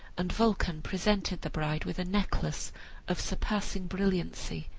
and vulcan presented the bride with a necklace of surpassing brilliancy,